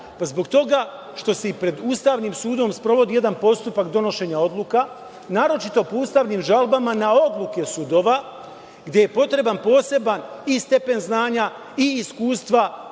Zbog toga što se i pred Ustavnim sudom sprovodi jedan postupak donošenja odluka, naročito po ustavnim žalbama na odluke sudova, gde je potreban poseban i stepen znanja i iskustva